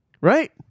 right